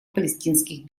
палестинских